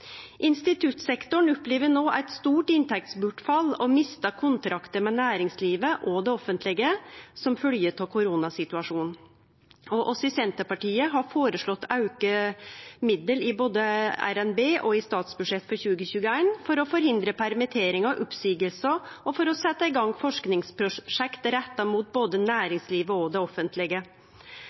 Instituttsektoren opplever no eit stort inntektsbortfall og mistar kontraktar med næringslivet og det offentlege som følgje av koronasituasjonen. Vi i Senterpartiet har føreslått å auke midlane både i revidert nasjonalbudsjett og i statsbudsjettet for 2021 for å forhindre permitteringar og oppseiingar og for å setje i gang forskingsprosjekt retta mot både næringslivet og det offentlege.